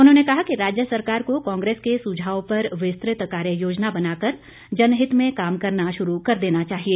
उन्होंने कहा कि राज्य सरकार को कांग्रेस के सुझाव पर विस्तृत कार्य योजना बनाकर जनहित में काम करना शुरू कर देना चाहिए